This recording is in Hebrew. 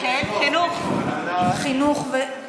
חינוך ותרבות?